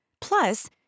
Plus